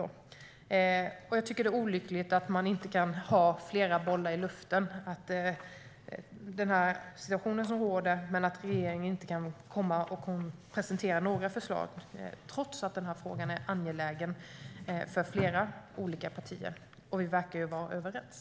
Jag tycker att det är olyckligt att man inte kan ha flera bollar i luften. Det råder en viss situation, men varför kan regeringen inte komma och presentera några förslag trots att den här frågan är angelägen för flera olika partier? Vi verkar ju vara överens.